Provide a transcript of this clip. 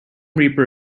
reaper